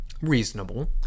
Reasonable